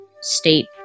state